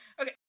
okay